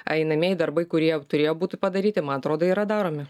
einamieji darbai kurie turėjo būti padaryti man atrodo yra daromi